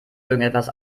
irgendetwas